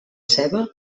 ceba